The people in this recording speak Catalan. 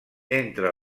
entre